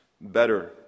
better